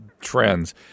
trends